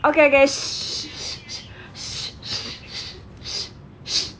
okay okay